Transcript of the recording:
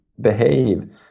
behave